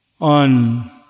on